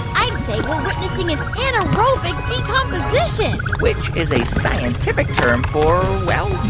i'd say we're witnessing an anaerobic decomposition which is a scientific term for, well,